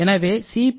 எனவே Cp